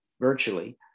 virtually